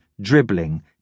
dribbling